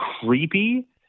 creepy